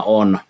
on